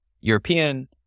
European